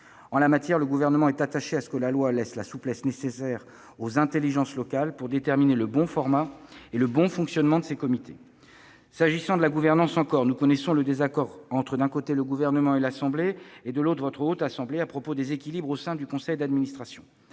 En la matière, le Gouvernement est attaché à ce que la loi laisse la souplesse nécessaire aux intelligences locales pour déterminer le bon format et le bon mode de fonctionnement de ces comités. S'agissant toujours de la gouvernance, nous connaissons le désaccord entre, d'un côté, le Gouvernement et l'Assemblée nationale, et, de l'autre, la Haute Assemblée à propos des équilibres au sein du conseil d'administration.